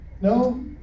No